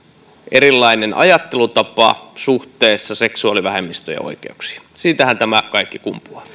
erilainen ajattelutapa suhteessa seksuaalivähemmistöjen oikeuksiin siitähän tämä kaikki kumpuaa